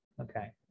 okay